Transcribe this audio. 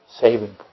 saving